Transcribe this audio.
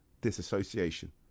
disassociation